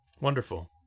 Wonderful